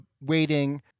waiting